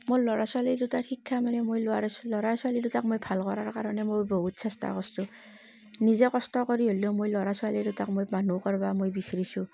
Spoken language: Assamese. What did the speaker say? মোৰ ল'ৰা ছোৱালী দুটাৰ শিক্ষা মানে মোৰ ল'ৰা ল'ৰা ছোৱালী দুটাক মই ভাল কৰাৰ কাৰণে মই বহুত চেষ্টা কৰিছোঁ নিজে কষ্ট কৰি হ'লেও মই ল'ৰা ছোৱালী দুটাক মই মানুহ কৰিব মই বিচেৰিছোঁ